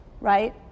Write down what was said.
right